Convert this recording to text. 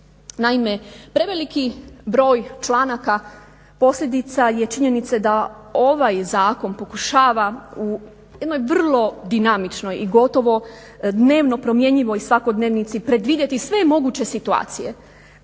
Naime, preveliki broj članaka posljedica je činjenice da ovaj zakon pokušava u jednoj vrlo dinamičnoj i gotovo dnevno promjenjivoj svakodnevnici predvidjeti sve moguće situacije